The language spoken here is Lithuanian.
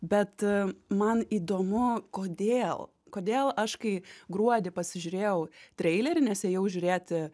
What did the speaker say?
bet man įdomu kodėl kodėl aš kai gruodį pasižiūrėjau treilerį nes ėjau žiūrėti